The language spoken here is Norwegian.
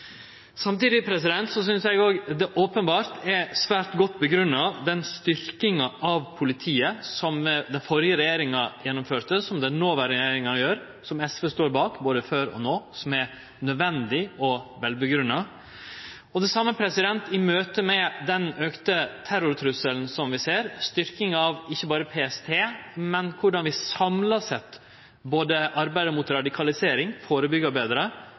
Samtidig er det openbert svært godt grunngjeve den styrkinga av politiet som den førre regjeringa gjennomførte, og som den noverande regjeringa gjer, som SV står bak, både før og no. Den er nødvendig og vel grunngjeve. Det same gjeld i møte med den auka terrortrusselen vi ser, ei styrking av ikkje berre PST, men av korleis vi samla sett arbeider mot radikalisering, førebyggjer betre